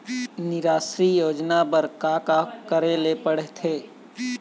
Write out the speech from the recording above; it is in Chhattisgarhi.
निराश्री योजना बर का का करे ले पड़ते?